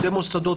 עובדי מוסדות.